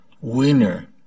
winner